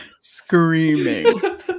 screaming